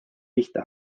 pihta